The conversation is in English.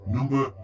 Number